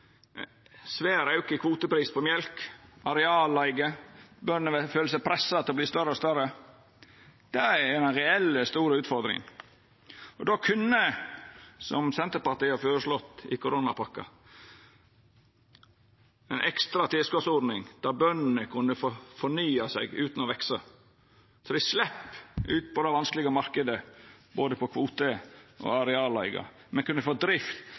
svær auke i kvoteprisen på mjølk og på arealleige. Bøndene føler seg pressa til å verta større og større. Det er den reelle, store utfordringa. Då kunne ein, som Senterpartiet har føreslått i koronapakka, fått ei ekstra tilskotsordning, der bøndene kunne fått fornya seg utan å veksa, så dei slapp den vanskelege marknaden for både kvote og arealleige. Ein kunne